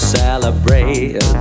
celebrate